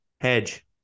hedge